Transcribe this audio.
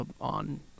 on